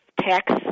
tax